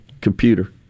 computer